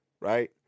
right